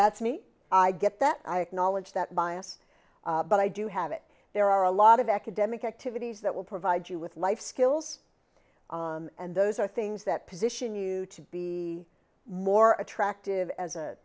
that's me i get that i acknowledge that bias but i do have it there are a lot of academic activities that will provide you with life skills and those are things that position you to be more attractive as a